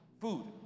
food